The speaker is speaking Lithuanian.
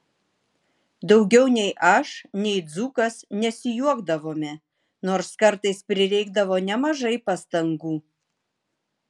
daugiau nei aš nei dzūkas nesijuokdavome nors kartais prireikdavo nemažai pastangų